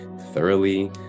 thoroughly